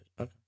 Okay